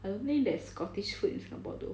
I don't think that scottish food in singapore though